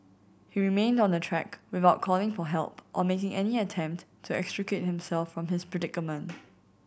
he remained on the track without calling for help or making any attempt to extricate himself from his predicament